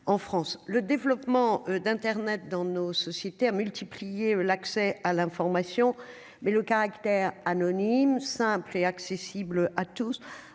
en France, le développement d'Internet dans nos sociétés, a multiplié l'accès à l'information, mais le caractère anonyme, simple et accessible à tous,